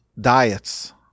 diets